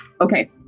okay